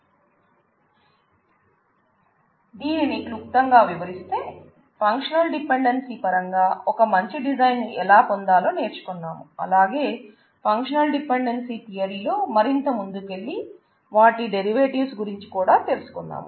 దీనిని క్లుప్తంగా వివరిస్తే ఫంక్షనల్ డిపెండెన్సీ లో మరింత ముందుకెళ్ళి వాటి డెరివేటివ్స్ గురించి కూడా తెలుసుకున్నాం